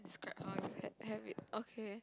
have it okay